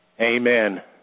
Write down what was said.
Amen